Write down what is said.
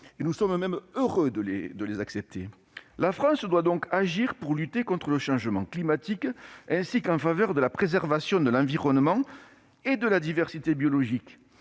et sommes même heureux de les accepter. La France doit donc « agir pour lutter contre le changement climatique et en faveur de la préservation de l'environnement et de la diversité biologique